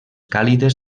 càlides